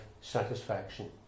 satisfaction